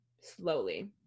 Slowly